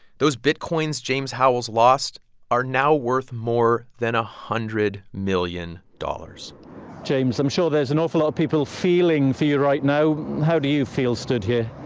those bitcoins james howells lost are now worth more than a hundred million dollars james, i'm sure there's an awful lot of people feeling for you right now. how do you feel stood here?